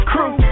Crew